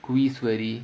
quiz worthy